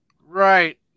Right